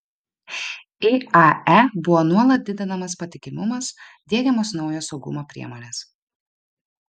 iae buvo nuolat didinamas patikimumas diegiamos naujos saugumo priemonės